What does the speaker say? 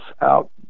out